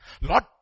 Lord